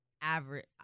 average